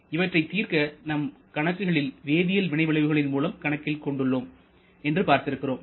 இவற்றை தீர்த்க நாம் கணக்குகளில் வேதியல் வினை விளைவுகளின் மூலம் கணக்கில் கொண்டுள்ளோம் என்று பார்த்திருக்கிறோம்